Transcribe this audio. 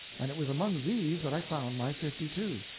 and it was among these that i found my fifty-two.